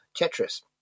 Tetris